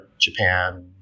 japan